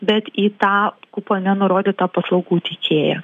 bet į tą kupone nurodytą paslaugų teikėją